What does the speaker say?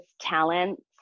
talents